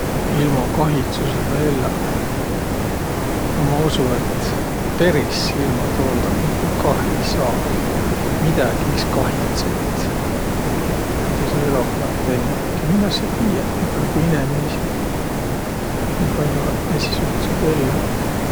Ilma kahitsusõlda elläq? No ma usu, et peris ilma tooldaq nigu kah ei saaq. Midägi iks kahitsõt, midä sa eloh olõt tennüq. Kuiki mineq sa tiiäq, nii pall'o ku inemiisi, nii pall'o esiqsugutsit ellõ.